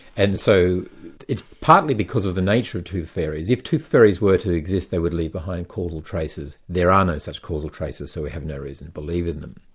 and so it's partly because of the nature of tooth fairies. if tooth fairies were to exist they would leave behind causal traces. there are no such causal traces so we have no reason to believe in them.